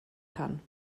kann